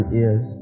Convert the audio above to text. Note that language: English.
ears